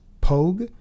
Pogue